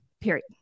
period